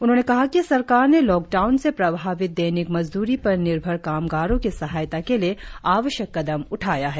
उन्होंने कहा कि सरकार ने लॉकडाउन से प्रभावित दैनिक मजद्री पर निर्भर कामगारों की सहायता के लिए आवश्यक कदम उठाया है